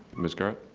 miss garret?